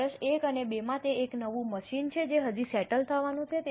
વર્ષ 1 અને 2 માં તે એક નવું મશીન છે જે હજી સેટલ થવાનું છે